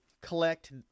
collect